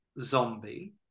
zombie